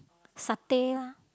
satay lah